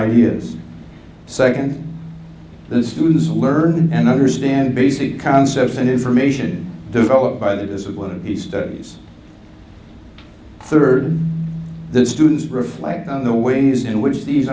ideas second the students learn and understand basic concepts and information developed by the discipline he studies third the students reflect on the ways in which these